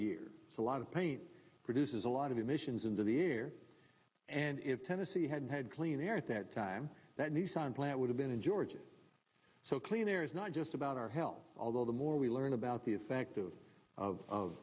so a lot of pain produces a lot of emissions into the air and if tennessee hadn't had clean air at that time that nissan plant would have been in georgia so clean air is not just about our health although the more we learn about the effect of